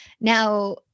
Now